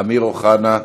אמיר אוחנה,